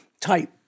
type